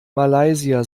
malaysia